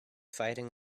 fighting